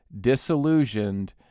disillusioned